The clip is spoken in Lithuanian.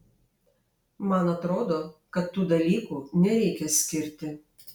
man atrodo kad tų dalykų nereikia skirti